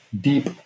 deep